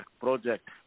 project